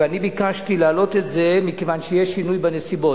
ואני ביקשתי להעלות את זה מכיוון שיש שינוי בנסיבות.